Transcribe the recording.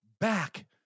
back